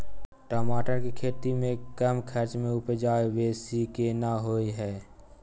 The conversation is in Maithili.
टमाटर के खेती में कम खर्च में उपजा बेसी केना होय है?